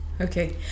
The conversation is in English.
Okay